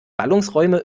ballungsräume